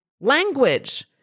language